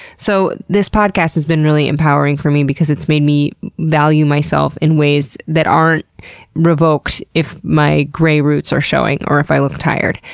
so this podcast has been really empowering for me because it's made me value myself in ways that aren't revoked if my gray roots are showing or if i look tired.